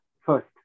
first